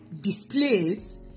displays